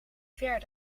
ver